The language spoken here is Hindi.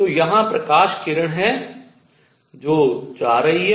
तो यहाँ प्रकाश किरण है जो जा रही है